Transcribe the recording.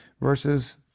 verses